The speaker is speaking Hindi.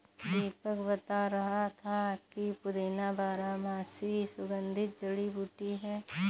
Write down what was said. दीपक बता रहा था कि पुदीना बारहमासी सुगंधित जड़ी बूटी है